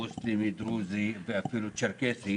מוסלמי דרוזי או אפילו צ'רקסי